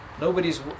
nobody's